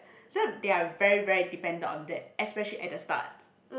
so they are very very dependent on that especially at the start